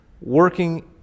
working